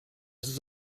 сез